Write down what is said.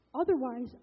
Otherwise